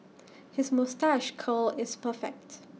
his moustache curl is perfect